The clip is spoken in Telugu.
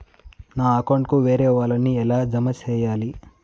నా అకౌంట్ కు వేరే వాళ్ళ ని ఎలా జామ సేయాలి?